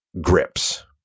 grips